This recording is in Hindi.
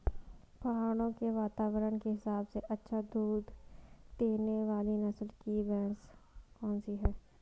पहाड़ों के वातावरण के हिसाब से अच्छा दूध देने वाली नस्ल की भैंस कौन सी हैं?